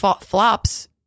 flops